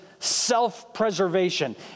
Self-preservation